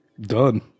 Done